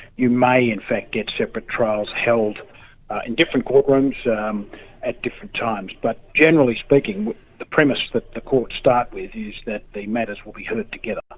you may in fact get separate trials held in different court rooms um at different times. but generally speaking the premise that the courts start with is that the matters will be heard together. ah